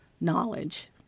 knowledge